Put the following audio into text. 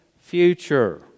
future